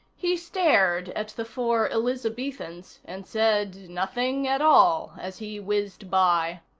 he stared at the four elizabethans and said nothing at all as he whizzed by.